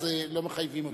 אז לא מחייבים אותך.